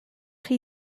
chi